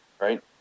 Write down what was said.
right